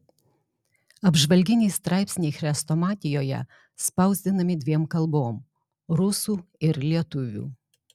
apžvalginiai straipsniai chrestomatijoje spausdinami dviem kalbom rusų ir lietuvių